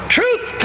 truth